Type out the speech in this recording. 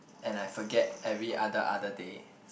and I forget every other other day